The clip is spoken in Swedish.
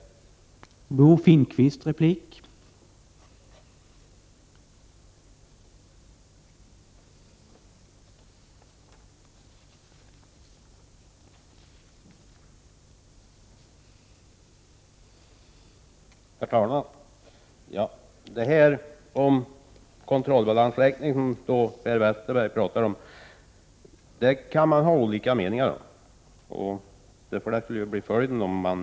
skulle ha varit mycket ofördelaktig för skattebetalarna. Prot. 1988/89:46 | i ||;